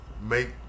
Make